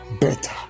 better